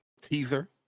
teaser